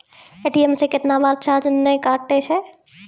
ATM से कैतना बार चार्ज नैय कटै छै?